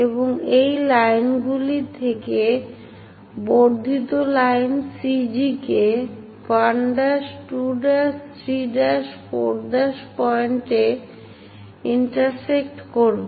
এবং এই লাইনগুলি থেকে বর্ধিত লাইন CG কে 1 ' 2' 3 ' 4' পয়েন্টে ইন্টারসেক্ট করবে